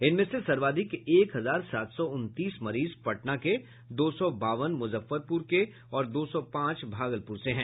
इनमें से सर्वाधिक एक हजार सात सौ उनतीस मरीज पटना के दो सौ बावन मुजफ्फरपुर के और दो सौ पांच भागलपुर से हैं